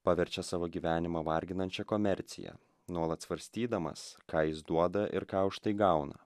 paverčia savo gyvenimą varginančia komercija nuolat svarstydamas ką jis duoda ir ką už tai gauna